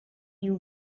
you